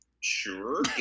sure